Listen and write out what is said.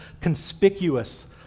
conspicuous